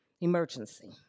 Emergency